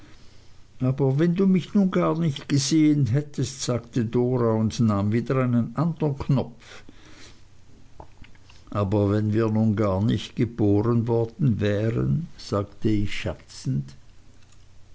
aber wenn du mich nun gar nicht gesehen hättest sagte dora und nahm wieder einen andern knopf aber wenn wir nun gar nicht geboren worden wären sagte ich